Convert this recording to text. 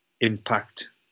impact